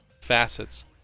facets